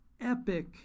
epic